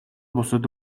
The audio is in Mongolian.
бусад